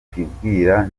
twibwira